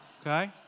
Okay